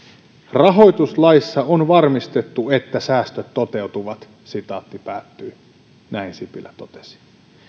rahoituslaissa on varmistettu että säästöt toteutuvat näin sipilä totesi